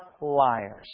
liars